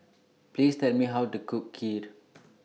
Please Tell Me How to Cook Kheer